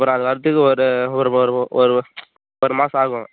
அப்புறம் அது வர்றதுக்கு ஒரு ஒரு ஒரு மாதம் ஆகும்